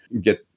get